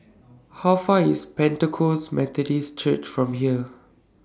How Far IS Pentecost Methodist Church from here